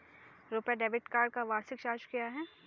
RuPay debit card का वार्षिक charge क्या है?